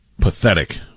pathetic